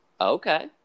Okay